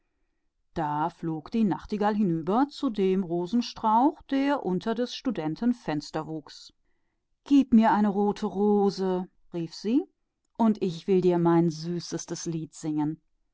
so flog die nachtigall zum rosenstrauch unter des studenten fenster gib mir eine rote rose rief sie und ich will dir dafür mein süßestes lied singen